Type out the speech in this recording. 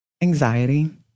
Anxiety